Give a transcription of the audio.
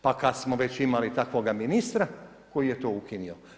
Pa kada smo već imali takvoga ministra, koji je to ukinuo.